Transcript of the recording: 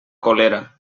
colera